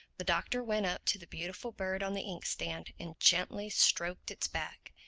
the doctor went up to the beautiful bird on the ink-stand and gently stroked its back.